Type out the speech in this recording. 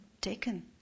taken